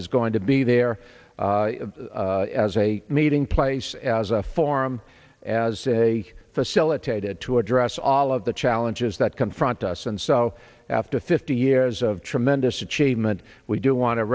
is going to be there as a meeting place as a forum as a facilitated to address all of the challenges that confront us and so after fifty years of tremendous achievement we do want to